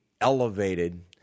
elevated